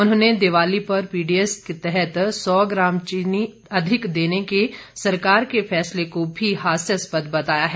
उन्होंने दीवाली पर पीडीएस के तहत सौ ग्राम अधिक चीनी देने के सरकार के फैसले को भी हास्यास्पद बताया है